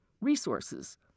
resources